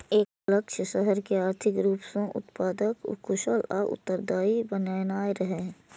एकर लक्ष्य शहर कें आर्थिक रूप सं उत्पादक, कुशल आ उत्तरदायी बनेनाइ रहै